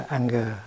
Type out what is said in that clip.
anger